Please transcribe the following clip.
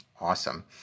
Awesome